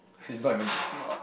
he's not even drawing